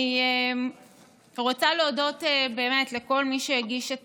אני רוצה להודות באמת לכל מי שהגיש את